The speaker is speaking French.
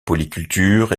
polyculture